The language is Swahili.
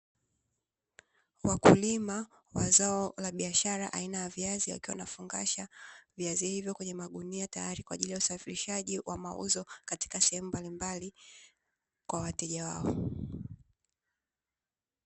Wakulima wa zao la biashara aina ya viazi, wakiwa wanafungasha viazi hivyo kwenye magunia, tayari kwa ajili ya usafirishaji wa mauzo katika sehemu mbalimbali kwa wateja wao.